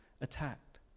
attacked